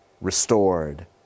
Restored